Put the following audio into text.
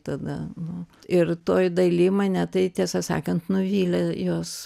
tada nu ir toj daly mane tai tiesą sakant nuvylė jos